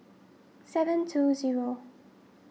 seven two zero